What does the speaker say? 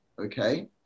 okay